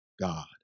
God